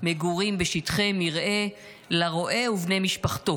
מגורים בשטחי מרעה, לרועה ובני משפחתו.